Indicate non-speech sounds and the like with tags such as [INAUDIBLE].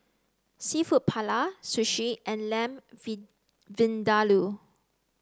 Seafood Paella Sushi and Lamb [UNINTELLIGIBLE] Vindaloo